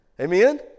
Amen